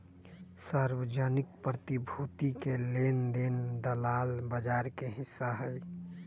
सार्वजनिक प्रतिभूति के लेन देन दलाल बजार के हिस्सा हई